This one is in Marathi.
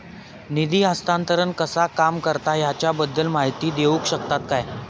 निधी हस्तांतरण कसा काम करता ह्याच्या बद्दल माहिती दिउक शकतात काय?